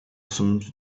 some